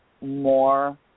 more